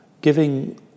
giving